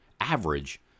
average